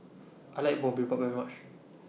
I like Boribap very much